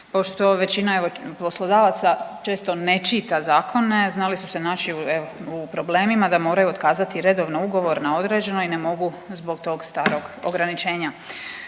Pošto većina evo poslodavaca često ne čita zakone znali su se naći evo u problemima da moraju otkazati redovno ugovor na određeno i ne mogu zbog tog starog ograničenja.